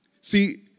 See